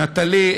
נטלי,